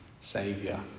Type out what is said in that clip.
Saviour